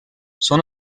són